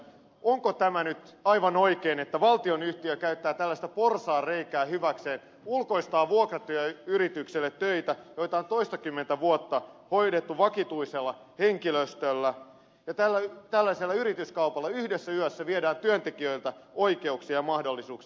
onko tämä nyt aivan oikein että valtionyhtiö käyttää tällaista porsaanreikää hyväkseen ulkoistaa vuokratyöyritykselle töitä joita on toistakymmentä vuotta hoidettu vakituisella henkilöstöllä ja tällaisella yrityskaupalla yhdessä yössä viedään työntekijöiltä oikeuksia ja mahdollisuuksia